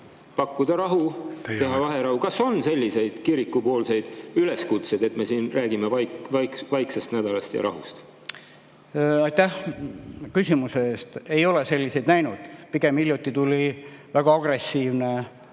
pakkuda rahu, teha vaherahu? Teie aeg! Kas on selliseid kirikupoolseid üleskutseid, et me siin räägime vaiksest nädalast ja rahust? Aitäh küsimuse eest! Ei ole selliseid näinud. Pigem tuli hiljuti väga agressiivne